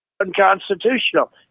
Unconstitutional